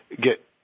get